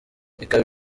ikaba